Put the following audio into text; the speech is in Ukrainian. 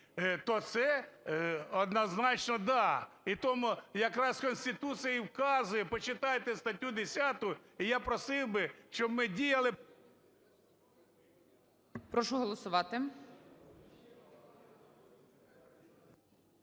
то це однозначно да. І тому якраз Конституція вказує, почитайте статтю 10. І я просив би, щоб ми діяли… ГОЛОВУЮЧИЙ. Прошу голосувати.